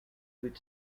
with